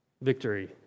Victory